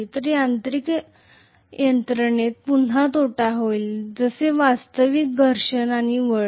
तर यांत्रिक यंत्रणेत पुन्हा तोटा होईल जसे वास्तविक घर्षण आणि वळण